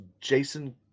Jason